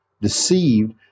deceived